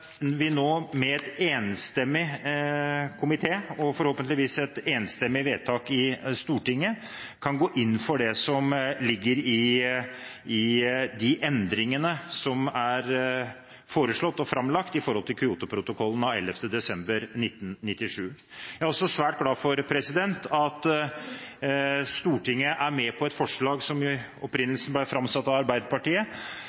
vi nå, med en enstemmig komité og forhåpentligvis et enstemmig vedtak i Stortinget, kan gå inn for de endringene i Kyoto-protokollen av 11. desember 1997 som er foreslått og framlagt. Jeg er også svært glad for at Stortinget er med på et forslag, som